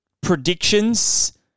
Predictions